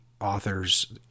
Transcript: authors